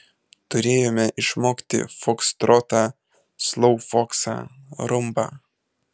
turėjome išmokti fokstrotą sloufoksą rumbą